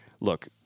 look